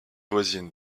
voisine